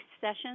sessions